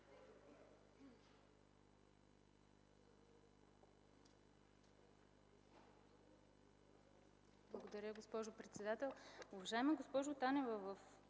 Благодаря, госпожо председател.